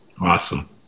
awesome